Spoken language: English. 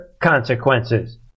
consequences